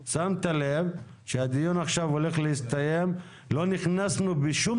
שהדיון הולך להסתיים ולא נכנסנו בשום